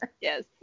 Yes